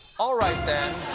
alright then.